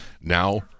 Now